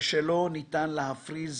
ולא ניתן להפריז